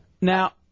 Now